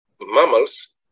mammals